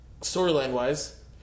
storyline-wise